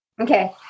Okay